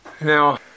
now